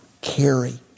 carry